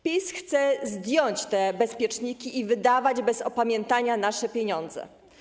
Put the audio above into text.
PiS chce zdjąć te bezpieczniki i wydawać bez opamiętania nasze pieniądze.